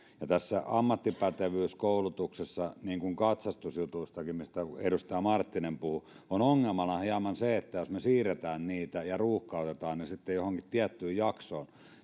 ja tässä ammattipätevyyskoulutuksessa niin kuin katsastusjutuissakin mistä edustaja marttinen puhui on ongelmana hieman se että jos me siirrämme niitä ja ruuhkautamme ne sitten johonkin tiettyyn jaksoon